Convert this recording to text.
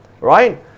right